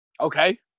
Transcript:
Okay